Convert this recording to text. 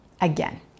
again